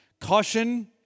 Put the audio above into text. Caution